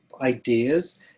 ideas